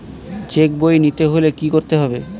Check বই নিতে হলে কি করতে হবে?